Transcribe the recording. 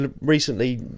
recently